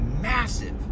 massive